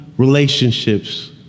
relationships